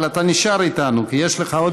אבל אתה נשאר איתנו, כי יש לך עוד